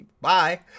Bye